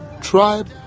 tribe